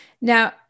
Now